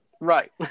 Right